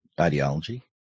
ideology